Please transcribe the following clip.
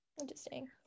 interesting